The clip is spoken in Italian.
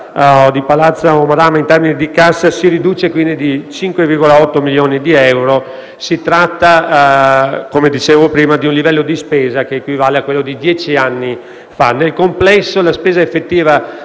di Palazzo Madama in termini di cassa si riduce quindi di 5,8 milioni di euro e si tratta di un livello di spesa che equivale a quello di dieci anni fa. Nel complesso, la spesa effettiva